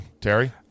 terry